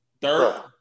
third